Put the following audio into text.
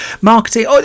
marketing